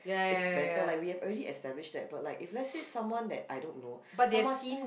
it's banter like we have already established that but like if lets say someone that I don't know someone